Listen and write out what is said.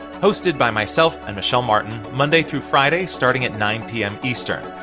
hosted by myself and michel martin monday through friday, starting at nine p m. eastern.